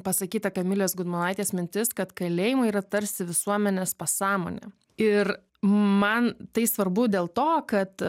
pasakyta kamilės gudmonaitės mintis kad kalėjimai yra tarsi visuomenės pasąmonė ir man tai svarbu dėl to kad